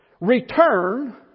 return